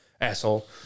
asshole